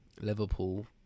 Liverpool